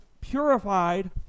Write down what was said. purified